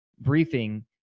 briefing